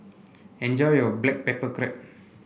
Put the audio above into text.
enjoy your Black Pepper Crab